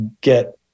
get